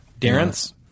Darren's